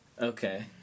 Okay